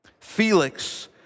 Felix